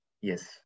yes